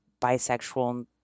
bisexual